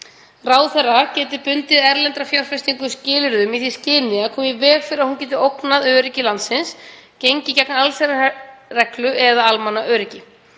Ráðherra geti bundið erlenda fjárfestingu skilyrðum í því skyni að koma í veg fyrir að hún geti ógnað öryggi landsins, gengið gegn allsherjarreglu eða almannaöryggi.